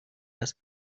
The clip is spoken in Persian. است